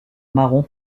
marron